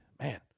man